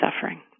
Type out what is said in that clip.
suffering